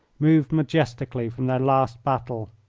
moved majestically from their last battle.